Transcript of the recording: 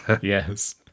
Yes